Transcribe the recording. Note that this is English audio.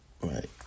Right